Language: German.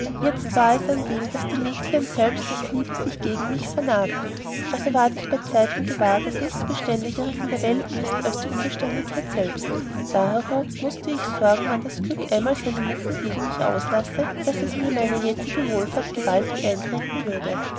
jetzt war es an dem daß die mägdlein selbst aus liebe sich gegen mir vernarrten also ward ich beizeiten gewahr daß nichts beständigers in der welt ist als die unbeständigkeit selbsten dahero mußte ich sorgen wann das glück einmal seine mucken gegen mich auslasse daß es mir meine jetzige wohlfahrt gewaltig eintränken würde